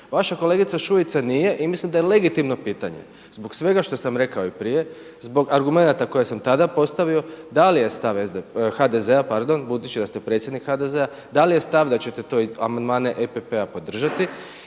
Vaša kolegica Šuica nije i mislim da je legitimno pitanje zbog svega što sam rekao i prije, zbog argumenata koje sam tada postavio da li je stav HDZ-a, budući da set predsjednik HDZ-a da li je stav da ćete te amandmane EPP-a podržati